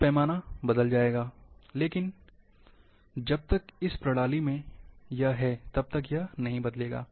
तब पैमाना बदल जाएगा लेकिन जब तक यह इस प्रणाली में है तब तक यह नहीं बदलेगा